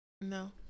No